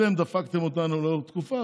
אתם דפקתם אותנו לאורך תקופה,